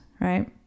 right